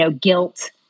guilt